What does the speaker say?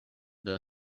the